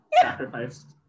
sacrificed